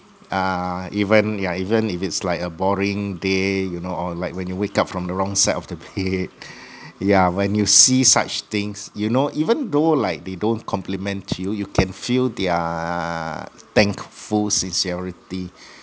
uh even yeah even if it's like a boring day you know or like when you wake up from the wrong side of the bed yeah when you see such things you know even though they like they don't compliment to you you can feel their thankful sincerity